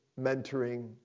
mentoring